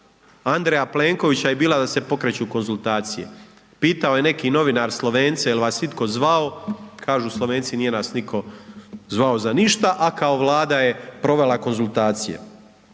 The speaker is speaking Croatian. Andreja Plenkovića je bila da se pokreću konzultacije. Pitao je neki novinar Slovence jel vas itko zvao, kažu Slovenci nije nas nitko zvao za ništa, a kao Vlada je provela konzultacije.